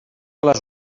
les